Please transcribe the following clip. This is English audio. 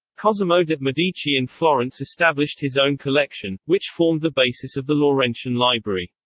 cosimo de' medici in florence established his own collection, which formed the basis of the laurentian library.